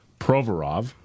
Provorov